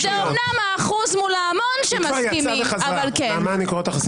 זה אמנם האחוז מול ההמון שמסכימים אבל כן.